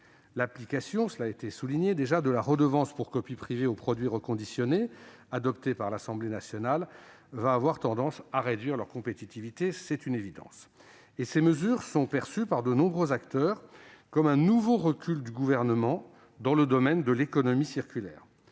l'application de la rémunération pour copie privée aux produits reconditionnés, adoptée par l'Assemblée nationale, va avoir tendance à réduire la compétitivité de ces derniers- c'est une évidence. Ces mesures sont perçues par de nombreux acteurs comme un nouveau recul du Gouvernement dans le domaine de l'économie circulaire.